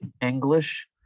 English